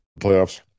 playoffs